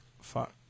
Fuck